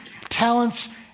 talents